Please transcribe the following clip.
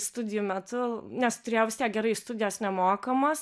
studijų metu nes turėjau vis tiek gerai studijos nemokamos